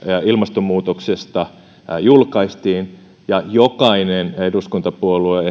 ilmastonmuutoksesta julkaistiin ja jokainen eduskuntapuolue